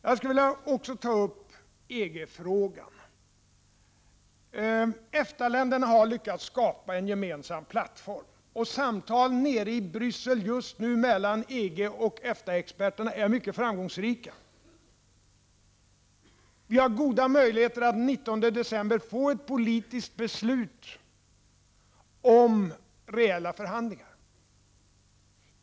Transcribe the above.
Jag skulle också vilja ta upp EG-frågan. EFTA-länderna har lyckats skapa en gemensam plattform. Samtal som förs nere i Bryssel just nu mellan EG och EFTA-experter är mycket framgångsrika. Vi har goda möjligheter att den 19 december få ett politiskt beslut om reella förhandlingar.